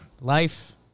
Life